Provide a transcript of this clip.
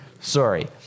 Sorry